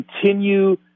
continue